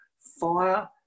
fire